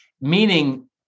meaning